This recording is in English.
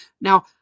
Now